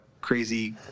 crazy